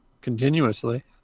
continuously